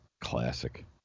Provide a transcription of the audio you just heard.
Classic